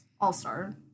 All-star